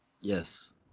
Yes